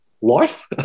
life